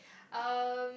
um